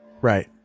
right